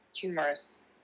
humorous